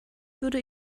würde